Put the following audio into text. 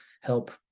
help